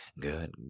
Good